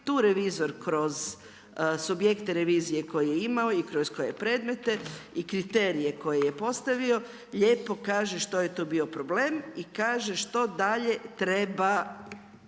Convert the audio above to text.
tu revizor kroz subjekte revizije koje je imao i kroz koje predmete i kriterije koje je postavio lijepo kaže što je to bio problem i kaže što dalje treba